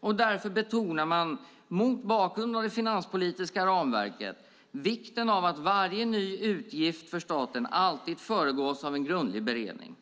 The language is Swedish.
Därför betonar man mot bakgrund av det finanspolitiska ramverket vikten av att varje ny utgift för staten alltid föregås av en grundlig beredning.